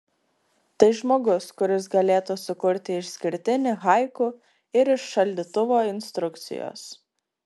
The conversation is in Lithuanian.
tai žmogus kuris galėtų sukurti išskirtinį haiku ir iš šaldytuvo instrukcijos